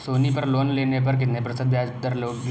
सोनी पर लोन लेने पर कितने प्रतिशत ब्याज दर लगेगी?